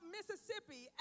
Mississippi